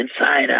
inside